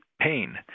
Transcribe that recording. pain